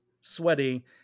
sweaty